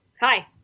Hi